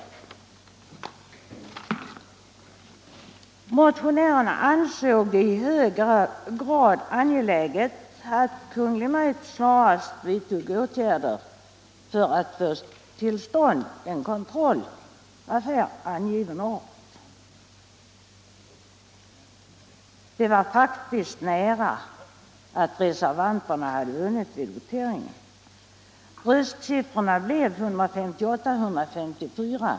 Reservanterna ansåg det i hög grad angeläget att Kungl. Maj:t snarast vidtog åtgärder för att få till stånd kontroll av här angiven art. Det var faktiskt nära att reservationen vunnit vid voteringen. Röstsiffrorna blev 158-154.